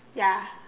ya